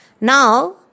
Now